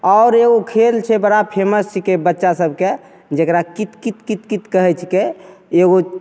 आओर एगो खेल छै बड़ा फेमस छीकै बच्चा सबके जकरा कित कित कहय छीकै एगो